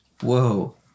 whoa